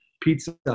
pizza